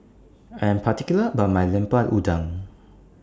I'm particular about My Lemper Udang